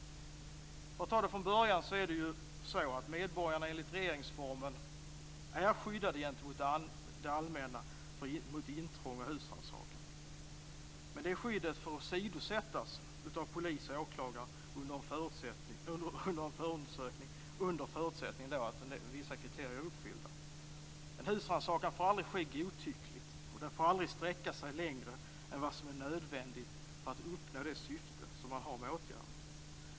För att ta det från början är det så att medborgarna enligt regeringsformen är skyddade gentemot de allmänna mot intrång och husrannsakan. Men detta skydd får åsidosättas av polis och åklagare under en förundersökning under förutsättning att vissa kriterier är uppfyllda. En husrannsakan får aldrig ske godtyckligt, och den får aldrig sträcka sig längre än vad som är nödvändigt för att uppnå det syfte som man har med åtgärden.